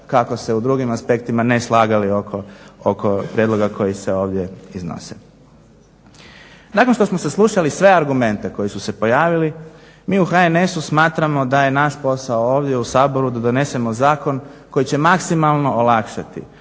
kako se u drugim aspektima ne slagali oko prijedloga koji se ovdje iznosi. Nakon što smo saslušali sve argumente koji su se pojavili mi u HNS-u smatramo da je naš posao ovdje u Saboru da donesemo zakon koji će maksimalno olakšati